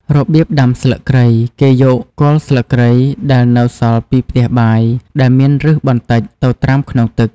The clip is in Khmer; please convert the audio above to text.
របៀបដាំស្លឹកគ្រៃ គឺគេយកគល់ស្លឹកគ្រៃដែលនៅសល់ពីផ្ទះបាយ ដែលមានឫសបន្តិច ទៅត្រាំក្នុងទឹក។